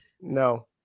No